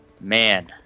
Man